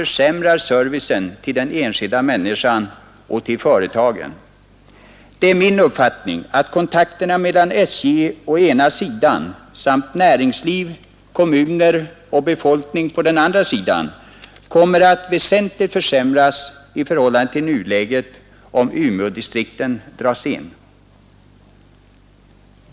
försämrar servicen till den enskilda människan och till företagen. Det är min uppfattning att kontakterna mellan SJ å ena sidan samt näringsliv, kommuner och befolkning å den andra kommer att väsentligt försämras i förhållande till nuläget om Umeådistrikten dras in.